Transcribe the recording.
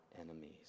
enemies